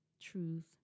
truth